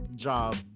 Job